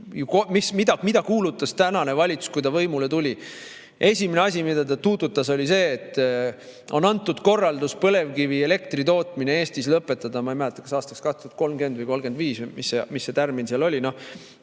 Mida kuulutas tänane valitsus, kui ta võimule tuli? Esimene asi, mida ta tuututas, oli see, et on antud korraldus põlevkivielektri tootmine Eestis lõpetada, ma ei mäleta, kas aastaks 2030 või 2035, mis see tärmin seal oli.